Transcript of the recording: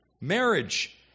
marriage